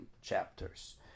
chapters